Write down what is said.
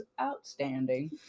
outstanding